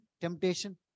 temptation